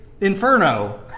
inferno